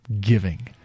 giving